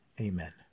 Amen